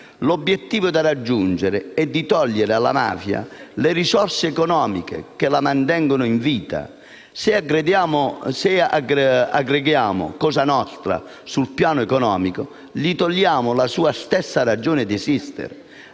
L'obiettivo da raggiungere è di togliere alla mafia le risorse economiche che la mantengono in vita. Se aggrediamo cosa nostra sul piano economico le togliamo la sua stessa ragione d'esistere,